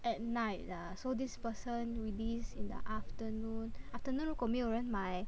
at night ah so this person released in the afternoon afternoon 如果没有人买